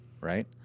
Right